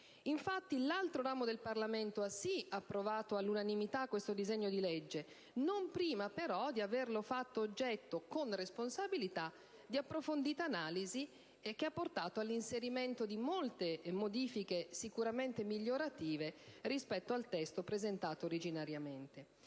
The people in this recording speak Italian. che l'altro ramo del Parlamento ha approvato all'unanimità il disegno di legge, ma non prima di averlo fatto oggetto, con responsabilità, di un'approfondita analisi, che ha portato all'inserimento di molte modifiche, sicuramente migliorative, rispetto al testo presentato originariamente.